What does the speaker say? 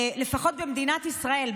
לפחות במדינת ישראל,